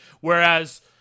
Whereas